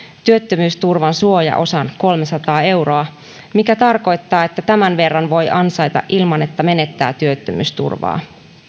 työttömyysturvan suojaosan kolmesataa euroa mikä tarkoittaa että tämän verran voi ansaita ilman että menettää työttömyysturvaa